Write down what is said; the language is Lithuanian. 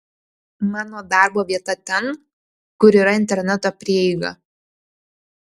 mano darbo vieta ten kur yra interneto prieiga